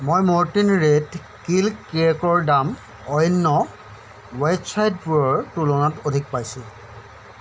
মই Mortein rat kill কেকৰ দাম অন্য ৱেবচাইটবোৰৰ তুলনাত অধিক পাইছোঁ